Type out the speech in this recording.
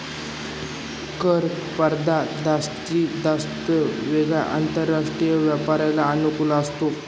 कर स्पर्धा जास्तीत जास्त वेळा आंतरराष्ट्रीय व्यापाराला अनुकूल असते